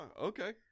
okay